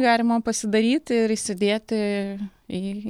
galima pasidaryt ir įsidėti į